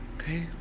okay